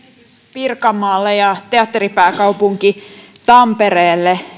pirkanmaalle ja teatteripääkaupunki tampereelle